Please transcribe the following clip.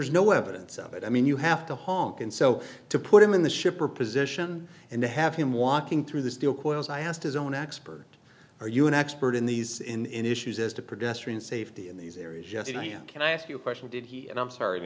there's no evidence of it i mean you have to honk and so to put him in the ship or position and to have him walking through this deal coils i asked his own expert are you an expert in these in in issues as to protest or in safety in these areas just you know how can i ask you a question did he and i'm sorry to